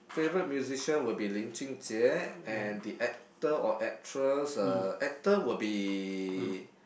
favorite musician will be lin jun jie and the actor or actress uh actor will be